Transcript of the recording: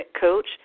coach